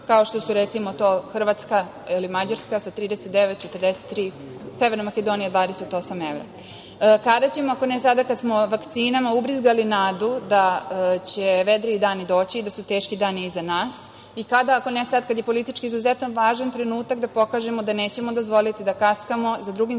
kao što su, recimo, to Hrvatska ili Mađarska sa 39, 43, Severna Makedonija 28 evra. Kada ćemo, ako ne sada, kada smo vakcinama ubrizgali nadu da će vedriji dani doći i da su teški dani iza nas i kada ako ne sada, kada je politički izuzetno važan trenutak da pokažemo da nećemo dozvoliti da kaskamo za drugim